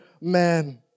man